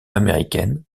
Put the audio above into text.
américaine